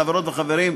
חברות וחברים,